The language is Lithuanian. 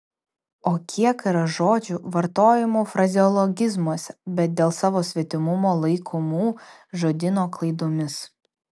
o kiek yra žodžių vartojamų frazeologizmuose bet dėl savo svetimumo laikomų žodyno klaidomis